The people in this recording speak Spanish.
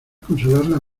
consolarla